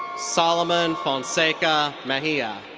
salomon fonseca mejia.